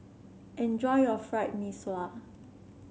enjoy your Fried Mee Sua